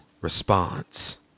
response